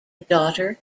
daughter